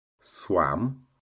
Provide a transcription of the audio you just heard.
swam